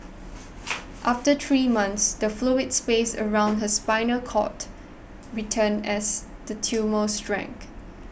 after three months the fluid space around her spinal cord returned as the tumour shrank